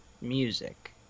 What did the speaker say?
music